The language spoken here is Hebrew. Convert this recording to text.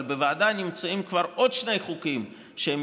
אבל בוועדה נמצאים כבר עוד שני חוקים שהם